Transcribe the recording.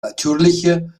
natürliche